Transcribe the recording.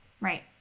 Right